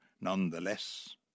nonetheless